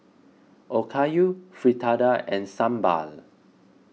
Okayu Fritada and Sambar